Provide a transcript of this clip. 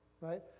right